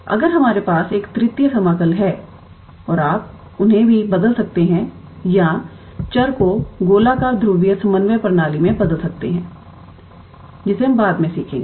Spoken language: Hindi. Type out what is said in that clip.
अगर हमारे पास एक तृतीय समाकल है तो आप उन्हें भी बदल सकते हैं या चर को गोलाकार ध्रुवीय समन्वय प्रणाली में बदल सकते हैं जिसे हम बाद में सीखेंगे